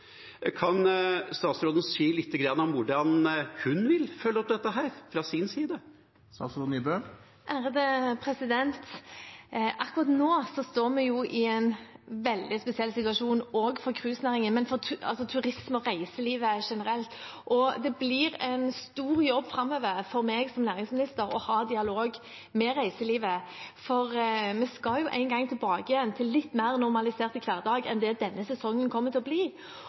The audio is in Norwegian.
Kan statsråden si lite grann om hvordan hun vil følge opp dette fra sin side? Akkurat nå står vi i en veldig spesiell situasjon for cruisenæringen, men også for turismen og reiselivet generelt. Framover blir det en stor jobb for meg som næringsminister å ha dialog med reiselivet, for vi skal jo en gang tilbake igjen til en litt mer normalisert hverdag enn det denne sesongen kommer til å bli.